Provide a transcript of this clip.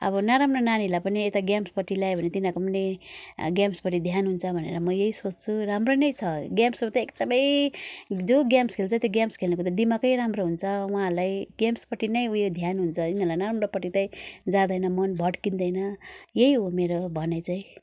अब नराम्रो नानीहरूलाई पनि यता गेम्सपट्टि ल्यायो भने तिनीहरूको पनि गेम्सपट्टि ध्यान हुन्छ भनेर म यही सोच्छु राम्रो नै छ गेम्सहरू त एकदमै जो गेम्स खेल्छ त्यो गेम्स खेल्नेको त दिमागै राम्रो हुन्छ उहाँहरूलाई गेम्सपट्टि नै उयो ध्यान हुन्छ उनीहरूलाई नराम्रोपट्टि चाहिँ जाँदैन मन भट्किँदैन यही हो मेरो भनाई चाहिँ